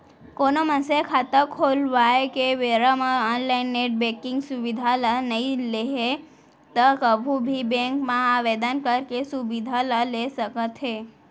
कोनो मनसे ह खाता खोलवाए के बेरा म ऑनलाइन नेट बेंकिंग सुबिधा ल नइ लेहे त कभू भी बेंक म आवेदन करके सुबिधा ल ल सकत हे